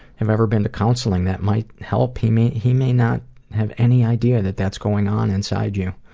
have ever been to counseling that might help. he may he may not have any idea that that's going on inside you.